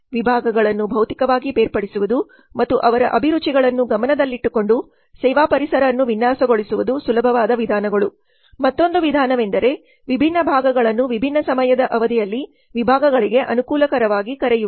ವಿಭಾಗಗಳನ್ನು ಭೌತಿಕವಾಗಿ ಬೇರ್ಪಡಿಸುವುದು ಮತ್ತು ಅವರ ಅಭಿರುಚಿಗಳನ್ನು ಗಮನದಲ್ಲಿಟ್ಟುಕೊಂಡು ಸೇವಾ ಪರಿಸರ ಅನ್ನು ವಿನ್ಯಾಸಗೊಳಿಸುವುದು ಸುಲಭವಾದ ವಿಧಾನಗಳು ಮತ್ತೊಂದು ವಿಧಾನವೆಂದರೆ ವಿಭಿನ್ನ ಭಾಗಗಳನ್ನು ವಿಭಿನ್ನ ಸಮಯದ ಅವಧಿಯಲ್ಲಿ ವಿಭಾಗಗಳಿಗೆ ಅನುಕೂಲಕರವಾಗಿ ಕರೆಯುವುದು